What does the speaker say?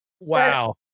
Wow